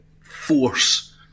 force